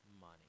money